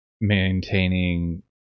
maintaining